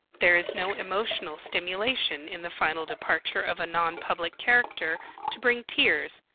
there is no emotional stimulation in the final departure of a non-public character to bring tears,